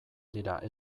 dira